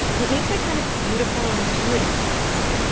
it makes a kind of beautiful intuitive sense.